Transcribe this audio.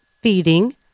feeding